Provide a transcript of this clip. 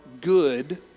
good